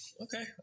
Okay